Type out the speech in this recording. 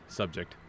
subject